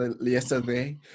yesterday